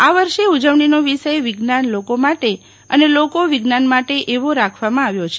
આ વર્ષે ઉજવજ્ઞીનો વિષય વિજ્ઞાન લોકો માટે અને લોકો વિજ્ઞાન માટે એવો રાખવામાં આવ્યો છે